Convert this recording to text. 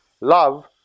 Love